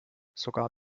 sogar